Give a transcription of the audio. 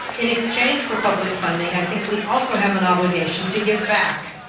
in exchange for public funding i think we also have an obligation to give back,